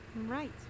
Right